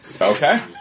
Okay